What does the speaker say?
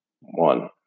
one